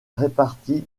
réparties